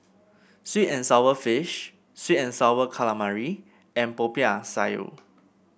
sweet and sour fish sweet and sour calamari and Popiah Sayur